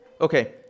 Okay